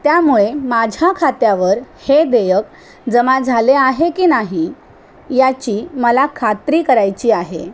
त्यामुळे माझ्या खात्यावर हे देयक जमा झाले आहे की नाही याची मला खात्री करायची आहे